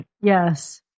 Yes